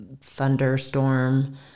thunderstorm